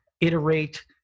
Iterate